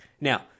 Now